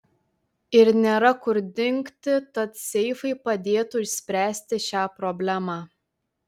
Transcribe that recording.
ir nėra kur dingti tad seifai padėtų išspręsti šią problemą